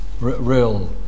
real